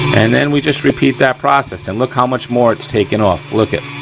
and then we just repeat that process and look how much more its taking off, look it,